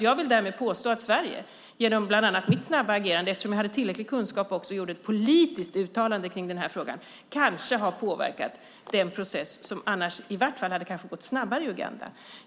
Jag vill därmed påstå att Sverige, bland annat genom att jag snabbt agerade eftersom jag hade tillräcklig kunskap och också gjorde ett politiskt uttalande i den här frågan, kanske har påverkat den process som annars kanske hade gått snabbare i Uganda. Herr talman!